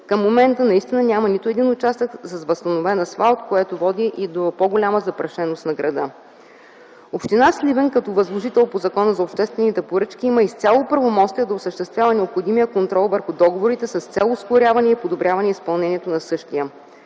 Към момента наистина няма нито един участък с възстановен асфалт, което води и до по-голяма запрашеност на града. Община Сливен, като възложител по Закона за обществените поръчки, има изцяло правомощия да осъществява необходимия контрол върху договорите с цел ускоряване и подобряване изпълнението на същия.